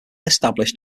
established